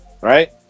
right